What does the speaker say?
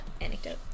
anecdote